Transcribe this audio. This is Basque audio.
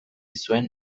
zuen